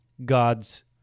God's